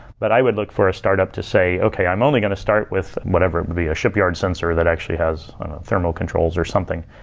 but i would look for a startup to say, okay, i'm only going to start with whatever. it could be a shipyard sensor that actually has thermal controls or something.